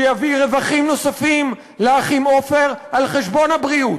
שיביא רווחים נוספים לאחים עופר על חשבון הבריאות,